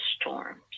storms